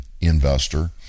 investor